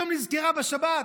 פתאום נזכרה בשבת.